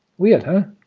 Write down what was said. weird, huh?